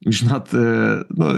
žinot nu